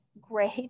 great